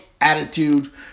attitude